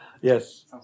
Yes